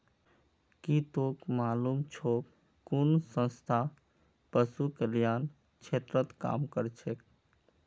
की तोक मालूम छोक कुन संस्था पशु कल्याण क्षेत्रत काम करछेक